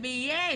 יש.